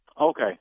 Okay